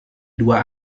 dua